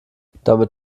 damit